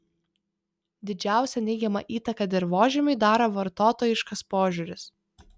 didžiausią neigiamą įtaką dirvožemiui daro vartotojiškas požiūris